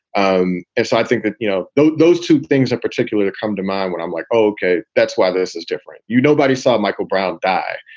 um i think that, you know, those those two things are particular to come to mind when i'm like, ok. that's why this is different. you nobody saw michael brown die.